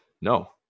No